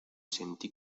sentí